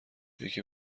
یکی